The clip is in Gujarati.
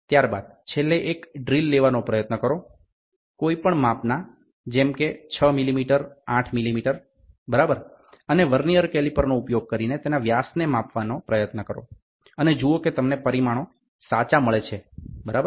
ત્યારબાદ છેલ્લે એક ડ્રીલ લેવાનો પ્રયત્ન કરો કોઈ પણ માપના જેમ કે 6 મિલીમીટર 8 મિલીમીટર બરાબર અને વર્નીઅર કેલિપર નો ઉપયોગ કરીને તેના વ્યાસને માપવા નો પ્રયત્ન કરો અને જુઓ કે તમને પરિણામો સાચા મળે છે બરાબર